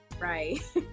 right